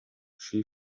she